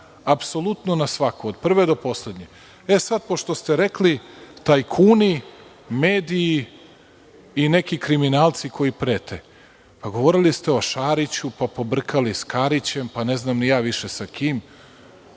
na svaku odgovorio, od prve do poslednje. Pošto ste rekli, tajkuni, mediji, i neki kriminalci koji prete, govorili ste o Šariću, pa pobrkali sa Karićem, pa ne znam ni ja više sa kim,